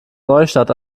neustadt